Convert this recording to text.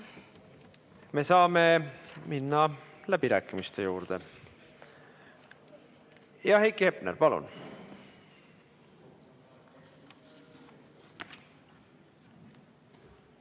Me saame minna läbirääkimiste juurde. Heiki Hepner, palun!